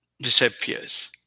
Disappears